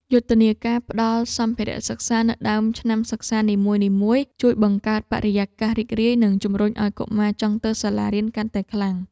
យុទ្ធនាការផ្តល់សម្ភារៈសិក្សានៅដើមឆ្នាំសិក្សានីមួយៗ ជួយបង្កើតបរិយាកាសរីករាយនិងជំរុញឱ្យកុមារចង់ទៅសាលារៀនកាន់តែខ្លាំង។